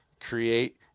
create